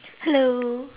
hello